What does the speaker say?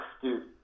dude